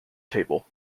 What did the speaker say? table